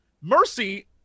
Mercy